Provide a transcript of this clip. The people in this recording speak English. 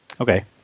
Okay